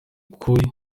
kuri